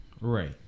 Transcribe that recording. Right